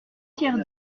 pierre